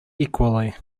equally